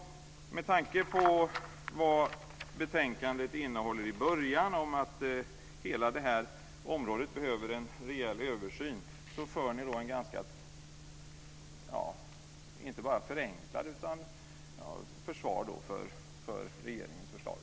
Med tanke på vad betänkandet innehåller i början om att hela det här området behöver en rejäl översyn har ni ett minst sagt förenklat försvar för regeringens förslag.